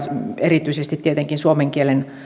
erityisesti tietenkin suomen kielen